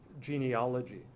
genealogy